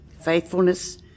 faithfulness